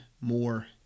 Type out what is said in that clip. more